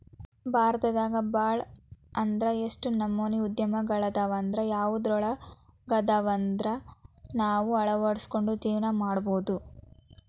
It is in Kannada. ಭಾರತದಾಗ ಭಾಳ್ ಅಂದ್ರ ಯೆಷ್ಟ್ ನಮನಿ ಉದ್ಯಮ ಅದಾವಂದ್ರ ಯವ್ದ್ರೊಳಗ್ವಂದಾದ್ರು ನಾವ್ ಅಳ್ವಡ್ಸ್ಕೊಂಡು ಜೇವ್ನಾ ಮಾಡ್ಬೊದು